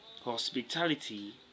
Hospitality